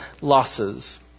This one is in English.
losses